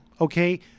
Okay